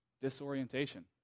Disorientation